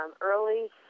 early